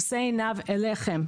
נושא עיניו אליכם,